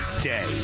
day